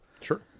Sure